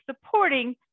supporting